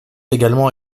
également